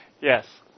Yes